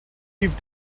you’ve